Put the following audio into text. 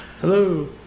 hello